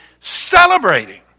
celebrating